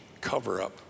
cover-up